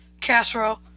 casserole